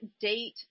date